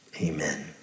Amen